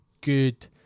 good